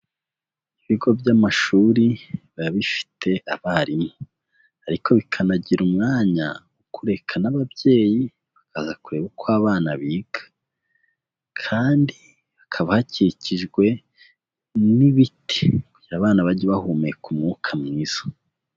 Ibigo by'amashuri biba bifite abarimu, ariko bikanagira umwanya wo kureka n'ababyeyi bakaza kureba uko abana biga, kandi hakaba hakikijwe n'ibiti, kugira abana bajye bahumeka umwuka mwiza.